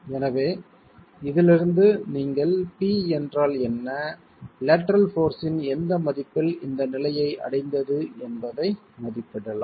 எனவே இதிலிருந்து நீங்கள் p என்றால் என்ன லேட்டரல் போர்ஸ்ஸின் எந்த மதிப்பில் இந்த நிலையை அடைந்தது என்பதை மதிப்பிடலாம்